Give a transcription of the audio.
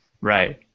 Right